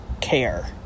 Care